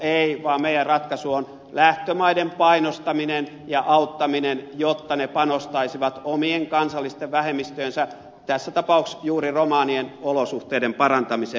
ei vaan meidän ratkaisumme on lähtömaiden painostaminen ja auttaminen jotta ne panostaisivat omien kansallisten vähemmistöjensä tässä tapauksessa juuri romanien olosuhteiden parantamiseen